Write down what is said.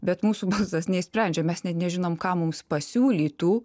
bet mūsų balsas neišsprendžia mes net nežinom ką mums pasiūlytų